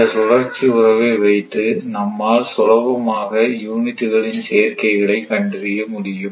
இந்த சுழற்சி உறவை வைத்து நம்மால் சுலபமாக யூனிட்டுகளின் சேர்க்கைகளை கண்டறிய முடியும்